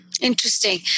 Interesting